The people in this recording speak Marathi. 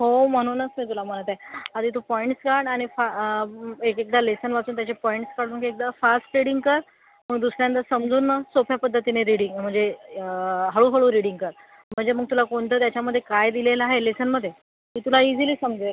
हो म्हणूनच मी तुला म्हणत आहे आधी तू पॉईंट्स काढ आणि एक एकदा लेसन वाचून त्याचे पॉईंट्स काढून घेत जा फास्ट रिडींग कर मग दुसऱ्यांदा समजून सोप्या पद्धतीने रिडींग म्हणजे हळू हळू रिडींग कर म्हणजे मग तुला कोणतं त्याच्यामध्ये काय दिलेलं आहे लेसनमध्ये ते तुला इझिली समजेल